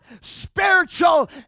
spiritual